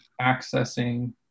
accessing